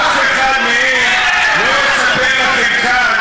אף אחד מהם לא יספר לכם כאן,